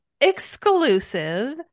exclusive